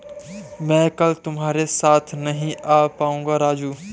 मैं कल तुम्हारे साथ नहीं आ पाऊंगा राजू